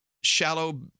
shallow